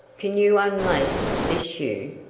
can you unlace this shoe?